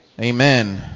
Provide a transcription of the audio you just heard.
Amen